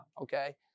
Okay